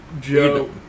Joe